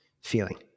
feeling